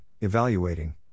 evaluating